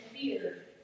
fear